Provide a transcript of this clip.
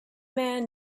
man